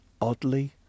oddly